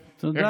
תודה,